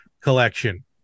collection